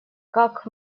как